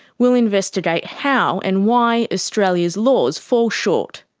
we'll investigate how and why australia's laws fall short.